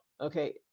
Okay